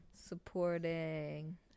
Supporting